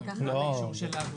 אני שואל לגבי אישור האגרות.